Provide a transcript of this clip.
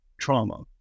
trauma